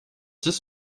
this